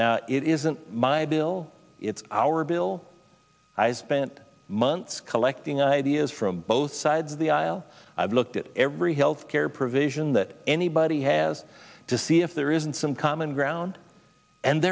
now it isn't my bill it's our bill i spent months collecting ideas from both sides of the aisle i've looked at every health care provision that anybody has to see if there isn't some common ground and